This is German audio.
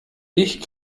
ich